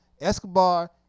Escobar